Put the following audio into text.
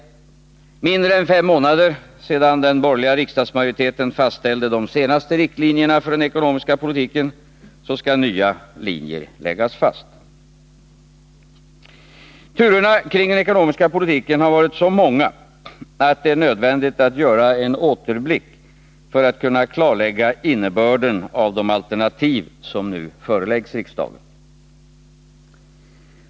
Mindre än fem månader sedan den borgerliga riksdagsmajoriteten fastställde de senaste riktlinjerna för den ekonomiska politiken skall nya linjer läggas fast. Turerna kring den ekonomiska politiken har varit så många, att det är nödvändigt att göra en återblick för att kunna klarlägga innebörden av de alternativ som nu föreläggs riksdagen.